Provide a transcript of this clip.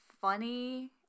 funny